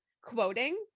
quoting